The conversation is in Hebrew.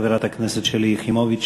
חברת הכנסת שלי יחימוביץ,